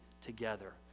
together